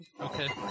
Okay